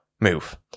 move